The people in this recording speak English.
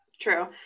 true